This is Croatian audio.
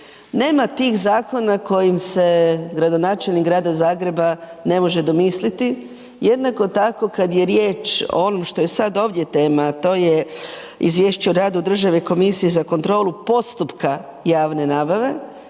Nema tih zakona kojim se gradonačelnik grada Zagreba ne može domisliti, jednako tako kada je riječ o ovom što je sada ovdje tema, a to je Izvješće o radu Državne komisije za kontrolu postupka javne nabave.